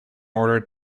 ordered